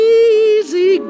easy